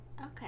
Okay